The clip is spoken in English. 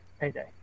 payday